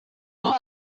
what